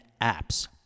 apps